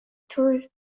tours